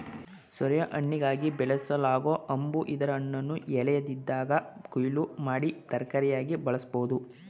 ಸೋರೆಯು ಹಣ್ಣಿಗಾಗಿ ಬೆಳೆಸಲಾಗೊ ಹಂಬು ಇದರ ಹಣ್ಣನ್ನು ಎಳೆಯದಿದ್ದಾಗ ಕೊಯ್ಲು ಮಾಡಿ ತರಕಾರಿಯಾಗಿ ಬಳಸ್ಬೋದು